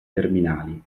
terminali